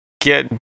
get